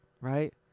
right